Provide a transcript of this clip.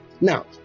Now